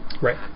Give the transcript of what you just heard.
Right